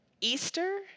Easter